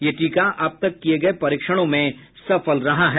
यह टीका अब तक किये गये परीक्षणों में सफल रहा है